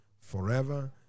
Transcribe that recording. forever